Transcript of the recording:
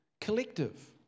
collective